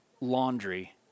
laundry